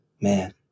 man